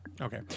Okay